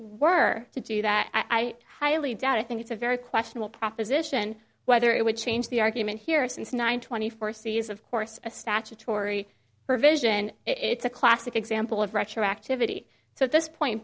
were to do that i highly doubt i think it's a very questionable proposition whether it would change the argument here since nine twenty four c is of course a statutory provision it's a classic example of retroactivity so at this point